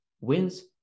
wins